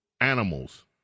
animals